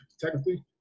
technically